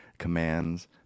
commands